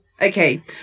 Okay